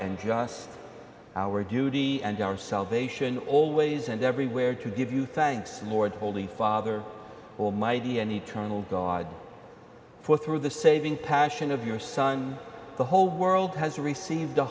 and just our duty and our salvation always and everywhere to give you thanks lord holy father almighty an eternal god for through the saving passion of your son the whole world has received